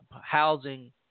housing